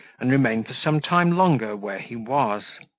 and remain for some time longer where he was.